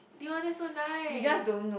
Dion that's so nice